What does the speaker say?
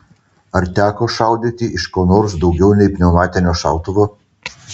ar teko šaudyti iš ko nors daugiau nei pneumatinio šautuvo